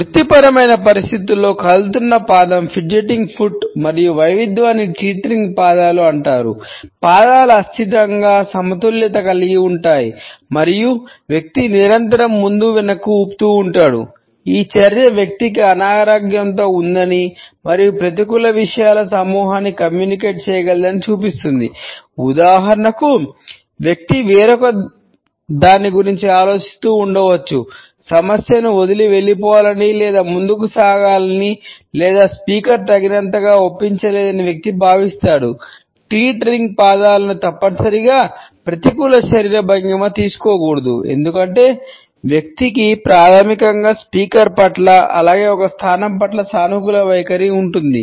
వృత్తిపరమైన పరిస్థితిలో కదులుతున్న పాదం పట్ల అలాగే ఒక స్థానం పట్ల సానుకూల వైఖరి ఉంటుంది